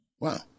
Wow